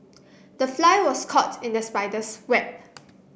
the fly was caught in the spider's web